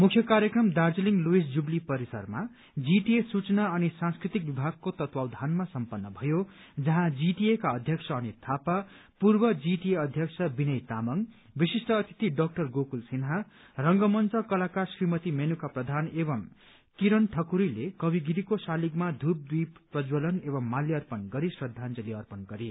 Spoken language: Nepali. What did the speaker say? मुख्य कार्यक्रम दार्जीलिङ लुइस जुबली परिसरमा जीटीएको सूचना अनि सांस्कृतिक विभागको तत्वावधानमा सम्पत्र भयो जहाँ जीटीएका अध्यक्ष अनित थापा पूर्व जीटीए अध्यक्ष विनय तामाङ विशिष्ट अतिथि डाक्टर गोकूल सिन्हा रंगमंच कलाकार श्रीमती मेनुका प्रधान एवं किरण ठकुरीले कवि गिरीको शलिगमा धूपद्वीप प्रञ्जवनल एवं मल्यार्पण गरी श्रद्धांजली अर्पण गरे